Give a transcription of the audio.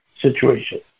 Situation